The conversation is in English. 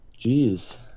Jeez